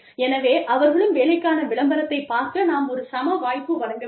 எனவே அவர்களும் வேலைக்கான விளம்பரத்தைப் பார்க்க நாம் ஒரு சம வாய்ப்பு வழங்க வேண்டும்